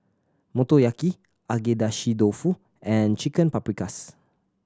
Motoyaki Agedashi Dofu and Chicken Paprikas